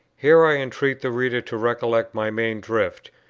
here i entreat the reader to recollect my main drift,